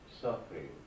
suffering